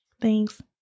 Thanks